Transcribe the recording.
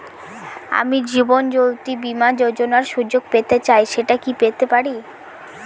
আমি জীবনয্যোতি বীমা যোযোনার সুযোগ পেতে চাই সেটা কি পেতে পারি?